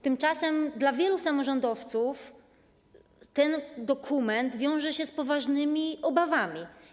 Tymczasem dla wielu samorządowców ten dokument wiąże się z poważnymi obawami.